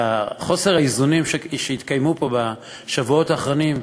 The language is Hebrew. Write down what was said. חוסר איזון שהתקיים פה בשבועות האחרונים.